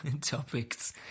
topics